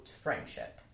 friendship